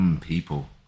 people